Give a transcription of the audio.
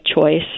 choice